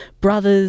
brothers